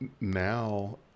Now